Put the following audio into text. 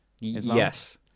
Yes